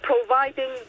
providing